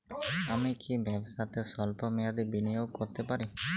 আমি কি ব্যবসাতে স্বল্প মেয়াদি বিনিয়োগ করতে পারি?